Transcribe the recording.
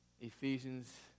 Ephesians